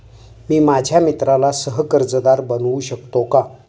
मी माझ्या मित्राला सह कर्जदार बनवू शकतो का?